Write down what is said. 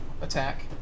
attack